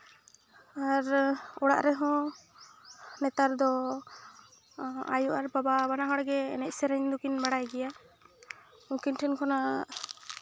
ᱟᱨ ᱚᱲᱟᱜ ᱨᱮᱦᱚᱸ ᱱᱮᱛᱟᱨ ᱫᱚ ᱟᱭᱩ ᱟᱨ ᱵᱟᱵᱟ ᱵᱟᱱᱟ ᱦᱚᱲ ᱜᱮ ᱮᱱᱮᱡ ᱥᱮᱨᱮᱧ ᱫᱚᱠᱤᱱ ᱵᱟᱲᱟᱭ ᱜᱮᱭᱟ ᱩᱱᱠᱤᱱ ᱴᱷᱮᱱ ᱠᱷᱚᱱᱟᱜ